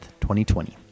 2020